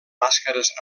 màscares